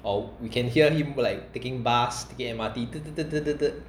or we can hear him taking bus taking M_R_T